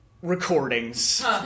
recordings